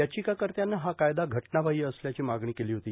याचिकाकर्त्यानं हा कायदा घटनाबाह्य असल्याची मागणी केली होती